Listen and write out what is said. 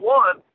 one